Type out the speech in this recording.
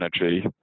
energy